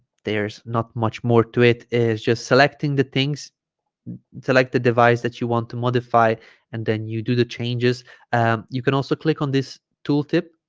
there's not much more to it is just selecting the things select like the device that you want to modify and then you do the changes you can also click on this tooltip